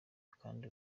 kandi